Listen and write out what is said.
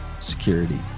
security